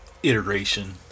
Iteration